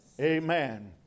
Amen